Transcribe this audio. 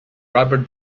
rubber